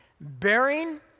bearing